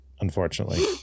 unfortunately